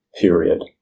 period